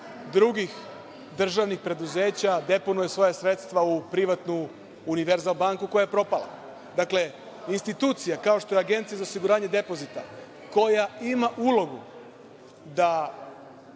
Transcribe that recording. drugih državnih preduzeća deponuje sredstva u privatnu Univerzal banku koja je propala. Dakle, institucija, kao što je Agencija za osiguranje depozita, koja ima ulogu da